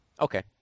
Okay